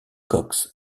cox